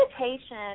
meditation